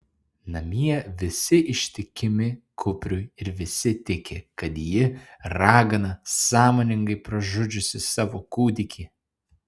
namie visi ištikimi kupriui ir visi tiki kad ji ragana sąmoningai pražudžiusi savo kūdikį